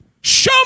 Show